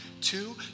Two